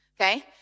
Okay